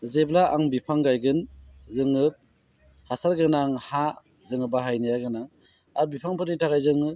जेब्ला आं बिफां गायगोन जोङो हासार गोनां हा जोङो बाहायनो गोनां आरो बिफांफोरनि थाखाय जोङो